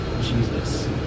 jesus